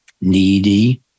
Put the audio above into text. needy